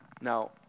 Now